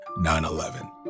9-11